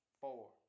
four